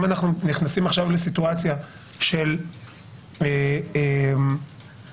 אם אנחנו נכנסים עכשיו לסיטואציה שגם מי